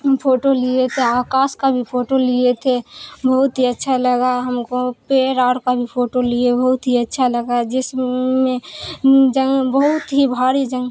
photo لیے تھ ے آکاش کا بھی فوٹو لیے تھے بہت ہی اچھا لگا ہم کو پیڑ آر کا بھی فوٹو لیے بہت ہی اچھا لگا جس میں بہت ہی بھاری جنگ